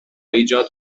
ایجاد